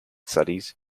studies